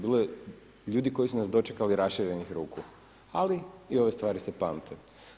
Bilo je ljudi koji su nas dočekali raširenih ruku, ali i ove stvari se pamte.